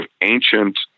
ancient